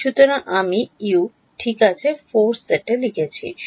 সুতরাং আমি 4 set U লিখেছি ঠিক আছে